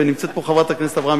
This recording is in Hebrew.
נמצאת פה חברת הכנסת אברהם,